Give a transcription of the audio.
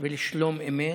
ולשלום אמת.